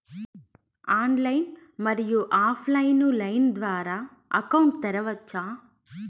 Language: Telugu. ఆన్లైన్, మరియు ఆఫ్ లైను లైన్ ద్వారా అకౌంట్ తెరవచ్చా?